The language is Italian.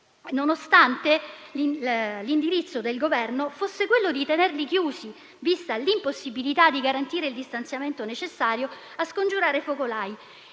nonostante l'indirizzo del Governo fosse quello di tenerli chiusi, vista l'impossibilità di garantire il distanziamento necessario a scongiurare focolai.